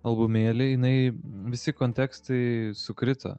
albumėlį jinai visi kontekstai sukrito